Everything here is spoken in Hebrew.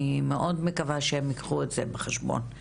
אני מאוד מקווה שהם ייקחו את זה בחשבון.